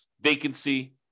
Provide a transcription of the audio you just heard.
vacancy